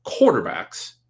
quarterbacks